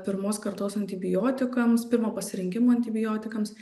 pirmos kartos antibiotikams pirmo pasirinkimo antibiotikams